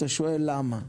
אתה שואל למה.